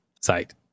site